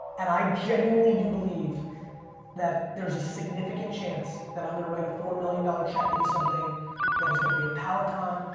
and i genuinely do believe that there's a significant chance that i'm going to write a four million dollars check into something that is going to be a peloton,